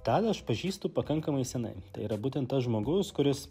tadą aš pažįstu pakankamai senai tai yra būtent tas žmogus kuris